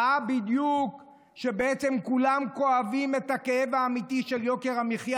ראה בדיוק שבעצם כולם כואבים את הכאב האמיתי של יוקר המחיה.